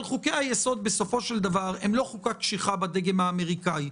אבל חוקי-היסוד בסופו של דבר הם לא חוקה קשיחה בדגם האמריקאי.